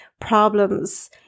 problems